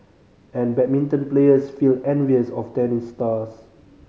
and badminton players feel envious of tennis stars